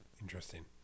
Interesting